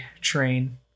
train